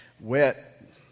wet